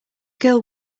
girl